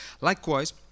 Likewise